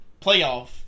playoff